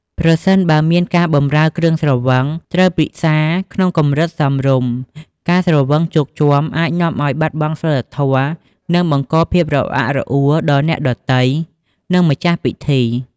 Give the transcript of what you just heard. ប្រសិនបើមានការបម្រើគ្រឿងស្រវឹង ត្រូវពិសារក្នុងកម្រិតសមរម្យ ការស្រវឹងជោគជាំអាចនាំឱ្យបាត់បង់សីលធម៌ និងបង្កភាពរអាក់រអួលដល់អ្នកដទៃ និងម្ចាស់ពិធី។